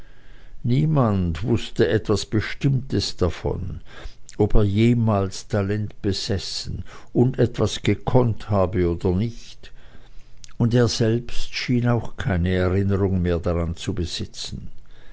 niemand wußte etwas bestimmtes davon ob er jemals talent besessen und etwas gekonnt habe oder nicht und er selbst schien auch keine erinnerung daran mehr zu besitzen